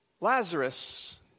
Lazarus